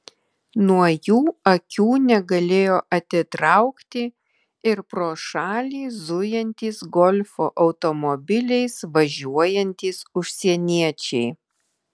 nuo jų akių negalėjo atitraukti ir pro šalį zujantys golfo automobiliais važiuojantys užsieniečiai